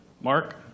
Mark